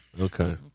Okay